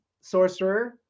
sorcerer